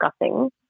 discussing